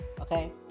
okay